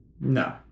No